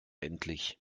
endlich